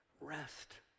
Rest